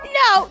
no